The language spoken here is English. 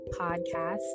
podcast